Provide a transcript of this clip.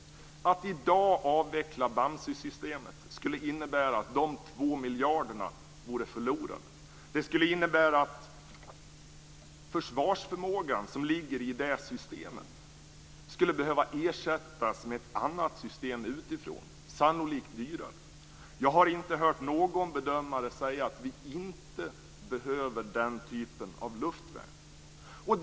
Att i dag avveckla Bamsesystemet skulle innebära att de 2 miljarderna vore förlorade. Det skulle innebära att försvarsförmågan som ligger i det systemet skulle behöva ersättas med ett annat system utifrån, sannolikt dyrare. Jag har inte hört någon bedömare säga att vi inte behöver den typen av luftvärn.